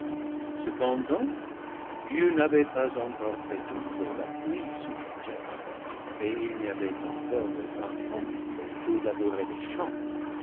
cependant dieu n'avait pas encore fait tomber la pluie sur terre et il n'y avait encore aucun homme pour labourer les champs